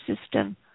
system